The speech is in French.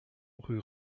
rue